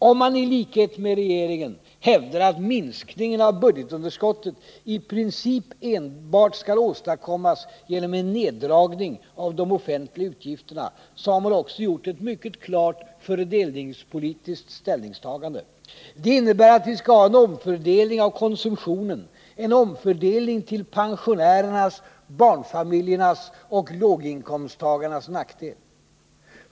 Om man i likhet med regeringen hävdar att minskningen av budgetunderskottet i princip skall åstadkommas enbart genom en neddragning av de offentliga utgifterna så har man också gjort ett mycket klart fördelningspolitiskt ställningstagande. Det innebär att vi skall ha en omfördelning av konsumtionen, en omfördelning till pensionärernas, barnfamiljernas och låginkomsttagarnas nackdel.